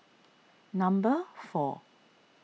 number four